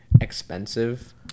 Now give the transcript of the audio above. expensive